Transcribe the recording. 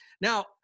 Now